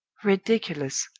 ridiculous!